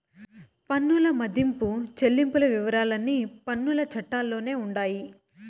పన్నుల మదింపు చెల్లింపుల వివరాలన్నీ పన్నుల చట్టాల్లోనే ఉండాయి